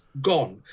Gone